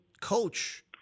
coach